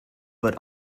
but